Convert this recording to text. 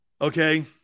Okay